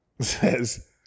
says